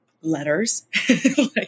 letters